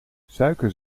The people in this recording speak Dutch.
suiker